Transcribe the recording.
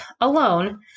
alone